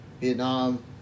Vietnam